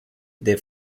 des